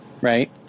Right